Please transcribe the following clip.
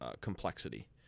complexity